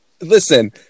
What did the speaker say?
Listen